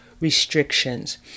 restrictions